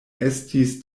estis